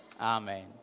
amen